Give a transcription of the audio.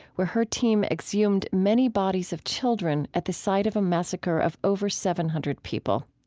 where her team exhumed many bodies of children at the site of a massacre of over seven hundred people.